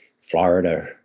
Florida